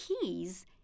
keys